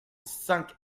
cinq